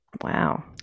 Wow